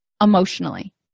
emotionally